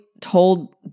told